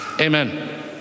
Amen